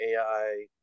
AI